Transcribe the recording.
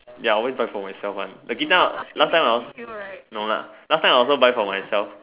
ya I always buy for myself one the guitar last time I also no lah last time I also buy for myself